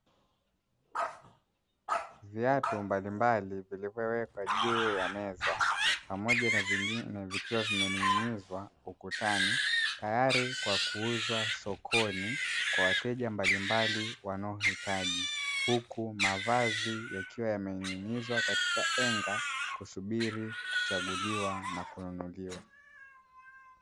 Viatu mbalimbali vilivyowekwa juu ya meza pamoja na vingine vikiwa vimening'inizwa ukutani, tayari kwa kuuzwa sokoni kwa wateja mbalimbali wanaohitaji. Huku mavazi yakiwa yameniginizwa katika henga, kusubiri kuchaguliwa na kununuliwa.